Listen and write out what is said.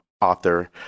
author